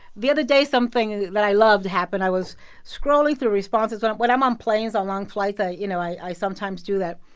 the other day something that i loved happened. i was scrolling through responses. but when i'm on planes on long flights, ah you know, i sometimes do that.